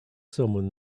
someone